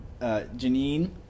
Janine